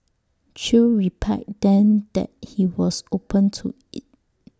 chew replied then that he was open to IT